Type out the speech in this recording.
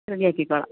റെഡിയാക്കിക്കോളാം